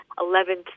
eleventh